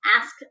ask